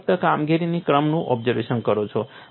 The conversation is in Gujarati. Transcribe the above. તમે ફક્ત કામગીરીના ક્રમનું ઓબ્ઝર્વેશન કરો છો